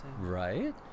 Right